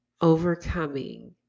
overcoming